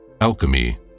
Alchemy